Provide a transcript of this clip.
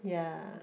ya